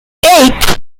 eight